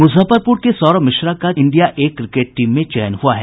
मुजफ्फरपुर के सौरभ मिश्रा का India A cricket team में चयन हुआ है